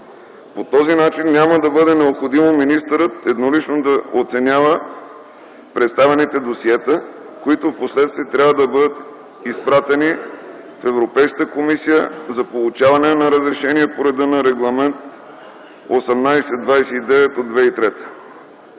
По този начин няма да бъде необходимо министърът еднолично да оценява представените досиета, които впоследствие трябва да бъда изпратени в Европейската комисия за получаване на разрешение по реда на Регламент (ЕО) № 1829/2003.